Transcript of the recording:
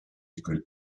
écoles